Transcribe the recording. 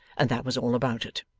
and that was all about it.